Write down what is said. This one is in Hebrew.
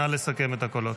נא לסכם את הקולות.